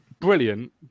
brilliant